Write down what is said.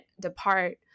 depart